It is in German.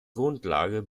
grundlage